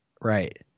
Right